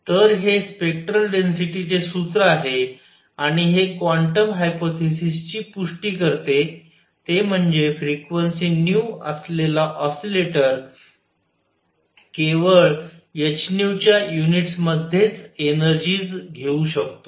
तर हे spectral density चे सूत्र आहे आणि हे क्वांटम हायपोथेसिस ची पुष्टी करते ते म्हणजे फ्रिक्वेन्सी असलेला ऑसिलेटर केवळ hच्या युनिट्स मधेच एनेर्जीज घेऊ शकतो